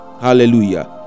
Hallelujah